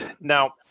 now